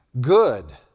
Good